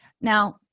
Now